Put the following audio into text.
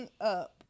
up